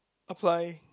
apply